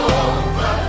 over